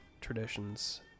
traditions